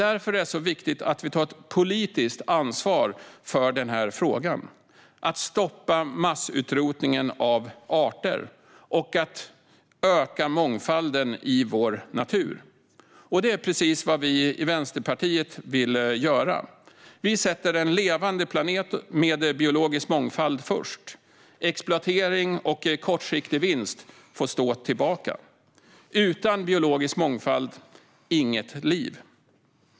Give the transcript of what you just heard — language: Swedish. Därför är det så viktigt att ta ett politiskt ansvar för att stoppa massutrotningen av arter och öka mångfalden i vår natur. Det är precis vad vi i Vänsterpartiet vill göra. Vi sätter en levande planet med biologisk mångfald först. Exploatering och kortsiktig vinst får stå tillbaka. Utan biologisk mångfald, inget liv.